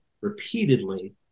repeatedly